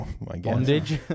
Bondage